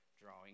drawing